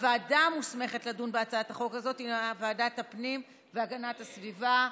הוועדה המוסמכת לדון בהצעת החוק הזאת היא ועדת הפנים והגנת הסביבה.